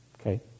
okay